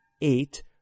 eight